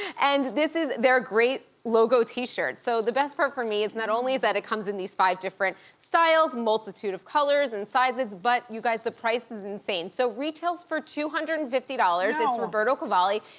and this is their great logo t-shirt. so the best part for me is not only is that it comes in these five different styles, multitude of colors and sizes, but you guys, the price is insane. so it retails for two hundred and fifty dollars, it's roberto cavalli.